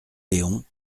léon